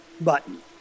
button